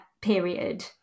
period